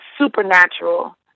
supernatural